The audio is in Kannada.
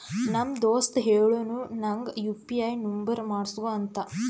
ನಮ್ ದೋಸ್ತ ಹೇಳುನು ನಂಗ್ ಯು ಪಿ ಐ ನುಂಬರ್ ಮಾಡುಸ್ಗೊ ಅಂತ